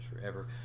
forever